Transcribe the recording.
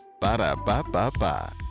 Ba-da-ba-ba-ba